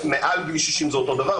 מעל גיל 60 זה אותו דבר,